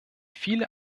viele